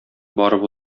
барып